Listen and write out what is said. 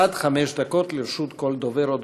עד חמש דקות לכל דובר ודוברת.